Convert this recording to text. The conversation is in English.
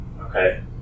Okay